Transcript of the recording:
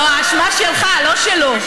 לא, האשמה שלך, לא שלו.